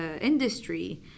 industry